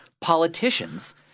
politicians